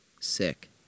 Sick